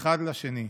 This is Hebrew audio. אחד לשני.